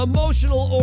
Emotional